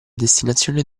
destinazione